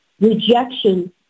Rejection